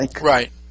Right